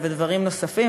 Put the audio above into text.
ודברים נוספים.